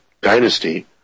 dynasty